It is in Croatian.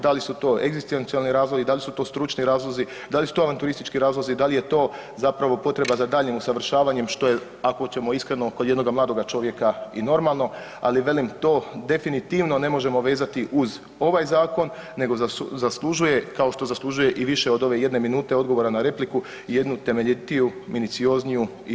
Da li su to egzistencijalni razlozi, da li su to stručni razlozi, da li su to avanturistički razlozi, da li je to zapravo potreba za daljnjim usavršavanjem što je ako ćemo iskreno kod jednoga mladoga čovjeka i normalo, ali velim to definitivno ne možemo vezati uz ovaj zakon nego zaslužuje kao što zaslužuje i više od ove jedne minute odgovora na repliku jednu temeljitiju, minuciozniju i bolju analizu.